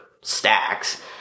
stacks